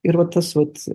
yra va tas vat